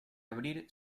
abrir